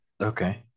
Okay